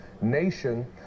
nation